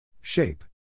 Shape